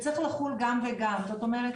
זאת אומרת,